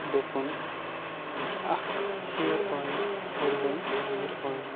دوٚپُن اکھ ہیَر اۄیٚل ہیٚربَل ہیَر اۄیٚل